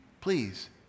please